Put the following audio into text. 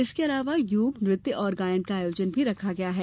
इसके अलावा योग नृत्य और गायन का आयोजन भी रखा गया है